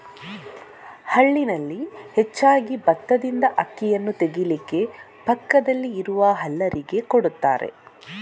ಹಳ್ಳಿನಲ್ಲಿ ಹೆಚ್ಚಾಗಿ ಬತ್ತದಿಂದ ಅಕ್ಕಿಯನ್ನ ತೆಗೀಲಿಕ್ಕೆ ಪಕ್ಕದಲ್ಲಿ ಇರುವ ಹಲ್ಲರಿಗೆ ಕೊಡ್ತಾರೆ